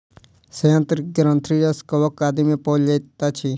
सयंत्र ग्रंथिरस कवक आदि मे पाओल जाइत अछि